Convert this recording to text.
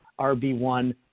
RB1